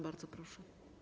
Bardzo proszę.